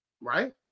Right